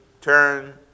turn